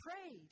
Prayed